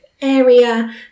area